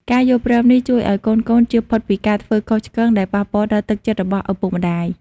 ការយល់ព្រមនេះជួយឱ្យកូនៗចៀសផុតពីការធ្វើខុសឆ្គង ដែលប៉ះពាល់ដល់ទឹកចិត្តរបស់ឪពុកម្ដាយ។